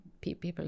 people